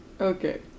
Okay